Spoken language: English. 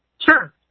Sure